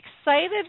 excited